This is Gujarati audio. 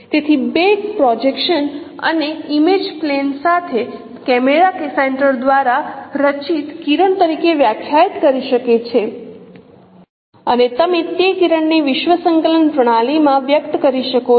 તેથી બેક પ્રોજેક્શન ને ઇમેજ પ્લેન સાથે કેમેરા સેન્ટર દ્વારા રચિત કિરણ તરીકે વ્યાખ્યાયિત કરી શકાય છે અને તમે તે કિરણને વિશ્વ સંકલન પ્રણાલીમાં વ્યક્ત કરી શકો છો